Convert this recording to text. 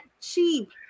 cheap